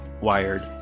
Wired